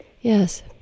Yes